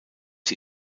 sie